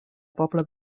pobla